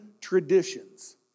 traditions